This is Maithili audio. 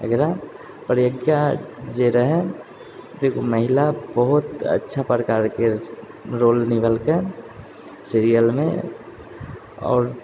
एकरा आओर एकता जे रहै महिला बहुत अच्छा प्रकारके रोल लिखलकै सीरियलमे आओर